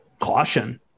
caution